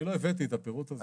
אני לא הבאתי את הפירוט הזה.